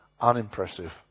unimpressive